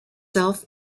self